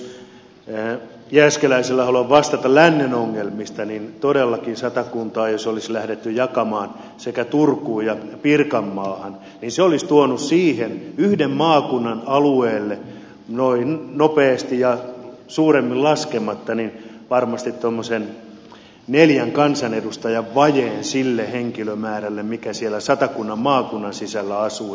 jääskeläiselle haluan vastata lännen ongelmista että jos todellakin satakuntaa olisi lähdetty jakamaan sekä turkuun että pirkanmaahan niin se olisi tuonut yhden maakunnan alueelle nopeasti ja suuremmin laskematta varmasti tuommoisen neljän kansanedustajan vajeen sille henkilömäärälle mikä siellä satakunnan maakunnan sisällä asuu